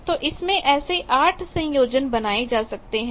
तो इसमें ऐसे 8 संयोजन बनाए जा सकते हैं